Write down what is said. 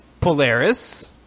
Polaris